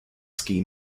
ski